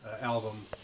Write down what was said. Album